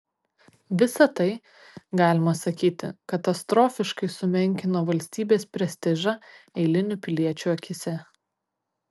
visa tai galima sakyti katastrofiškai sumenkino valstybės prestižą eilinių piliečių akyse